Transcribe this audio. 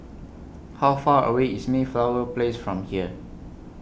How Far away IS Mayflower Place from here